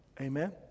Amen